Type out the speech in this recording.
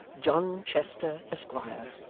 john chester, esquire,